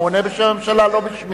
הוא עונה בשם הממשלה, לא בשמי.